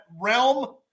realm